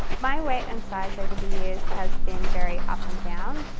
my weight and size over the years has been very up and down.